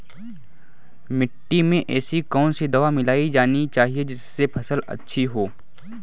मिट्टी में ऐसी कौन सी दवा मिलाई जानी चाहिए जिससे फसल अच्छी हो?